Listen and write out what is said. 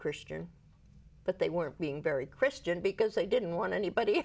christian but they were being very christian because they didn't want anybody